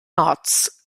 ots